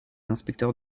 inspecteurs